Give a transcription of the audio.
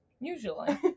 usually